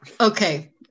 Okay